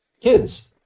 kids